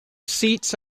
seats